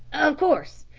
of course.